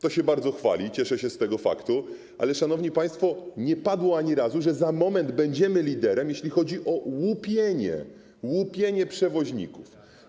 To się bardzo chwali, cieszę się z tego faktu, ale, szanowni państwo, nie padło ani razu to, że za moment będziemy liderem, jeśli chodzi o łupienie - łupienie - przewoźników.